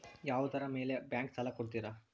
ಯಾವುದರ ಮೇಲೆ ಬ್ಯಾಂಕ್ ಸಾಲ ಕೊಡ್ತಾರ?